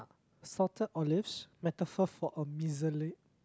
salted olives metaphor for a miser~